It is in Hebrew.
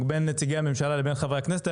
בין נציגי הממשלה לבין חברי הכנסת,